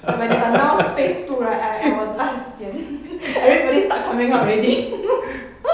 when they announce phase two right I I was ah sian everybody start coming out already